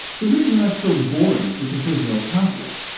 the reason that's so boring is because there's no conflict.